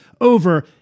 over